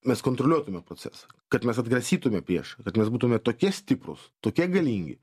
mes kontroliuotume procesą kad mes atgrasytume priešą kad mes būtume tokie stiprūs tokie galingi